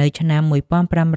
នៅឆ្នាំ ១៥៨៦ ព្រះអង្